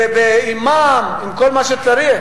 עם מע"מ, עם כל מה שצריך.